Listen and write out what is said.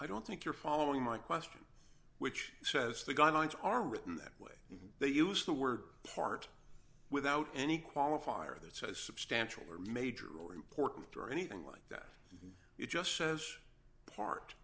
i don't think you're following my question which says the guidelines are written that way they use the word part without any qualifier that says substantial or major or important or anything like that it just says part